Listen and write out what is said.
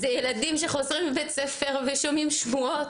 זה ילדים שחוזרים מבית ספר ושומעים שבועות.